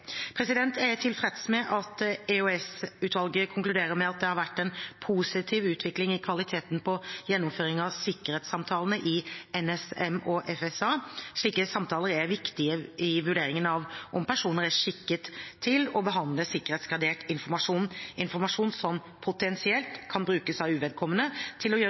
Jeg er tilfreds med at EOS-utvalget konkluderte med at det har vært en positiv utvikling i kvaliteten på gjennomføringen av sikkerhetssamtalene i NSM, Nasjonal sikkerhetsmyndighet, og FSA, Forsvarets sikkerhetsavdeling. Slike samtaler er viktige i vurderingen av om personer er skikket til å behandle sikkerhetsgradert informasjon – informasjon som potensielt kan brukes av uvedkommende til å gjøre